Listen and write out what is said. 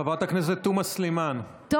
חברת הכנסת תומא סלימאן, שיחה ארוכה מדי.